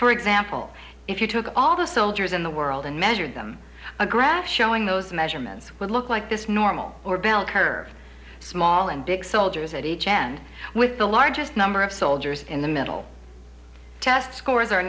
for example if you took all the soldiers in the world and measured them a graph showing those measurements would look like this normal or bell curve small and big soldiers at each end with the largest number of soldiers in the middle test scores are